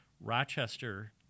Rochester